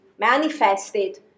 Manifested